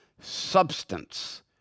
substance